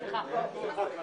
בשעה 16:02.